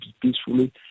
peacefully